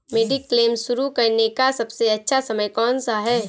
Mediclaim शुरू करने का सबसे अच्छा समय कौनसा है?